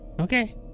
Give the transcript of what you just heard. Okay